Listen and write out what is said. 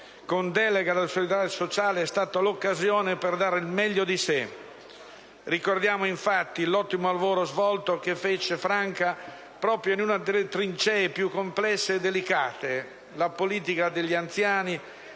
con delega alla solidarietà sociale, è stata l'occasione per dare il meglio di sé. Ricordiamo infatti l'ottimo lavoro svolto che Franca fece proprio in una delle trincee più complesse e delicate: le politiche per gli anziani,